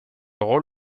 rôle